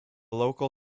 local